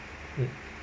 mm